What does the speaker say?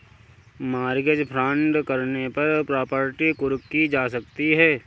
mortgage fraud करने पर property कुर्क की जा सकती है